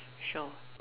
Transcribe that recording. show